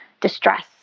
distress